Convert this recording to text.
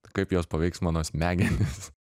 kaip jos paveiks mano smegenis